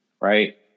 right